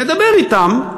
נדבר אתם,